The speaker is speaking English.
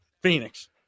Phoenix